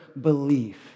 belief